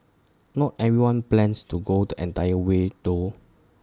not everyone plans to go the entire way though